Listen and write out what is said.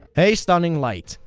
a stunning light.